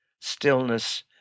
stillness